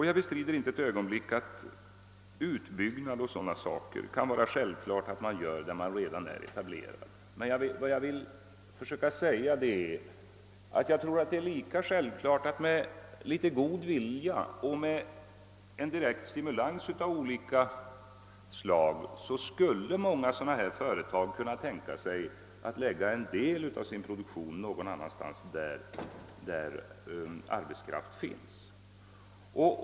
Jag bestrider inte ett 5gonblick att det kan vara självklart att ett företag gör utbyggnader på en plats där man redan är etablerad, men vad jag vill försöka säga är att om samhället med direkt stimulans av olika slag försökte påverka dessa företagare skulle de säkerligen mycket väl kunna tänka sig att förlägga en del av sin produktion till orter där arbetskraft finns.